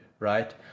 right